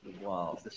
Wow